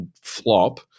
flop